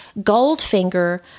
Goldfinger